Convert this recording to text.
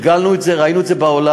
תרגלנו את זה, ראינו את זה בעולם.